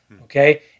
okay